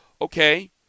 Okay